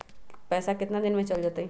पैसा कितना दिन में चल जतई?